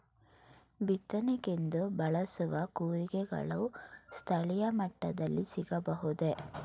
ಬಿತ್ತನೆಗೆಂದು ಬಳಸುವ ಕೂರಿಗೆಗಳು ಸ್ಥಳೀಯ ಮಟ್ಟದಲ್ಲಿ ಸಿಗಬಹುದೇ?